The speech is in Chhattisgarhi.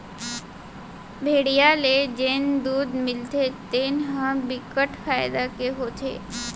भेड़िया ले जेन दूद मिलथे तेन ह बिकट फायदा के होथे